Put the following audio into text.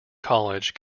college